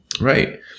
Right